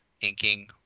inking